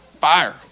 Fire